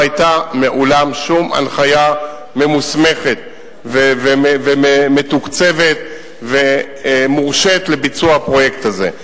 לא היתה מעולם שום הנחיה מוסמכת ומתוקצבת ומורשית לביצוע הפרויקט הזה,